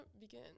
begin